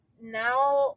now